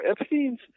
Epstein's